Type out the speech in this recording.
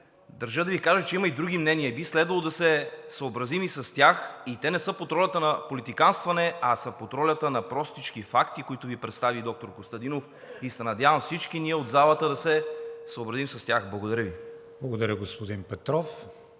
държа да Ви кажа, че има и други мнения и би следвало да се съобразим и с тях и те не са под ролята на политиканстване, а са под ролята на простички факти, които Ви представи доктор Костадинов, и се надявам всички ние от залата да се съобразим с тях. Благодаря Ви. ПРЕДСЕДАТЕЛ